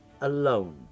alone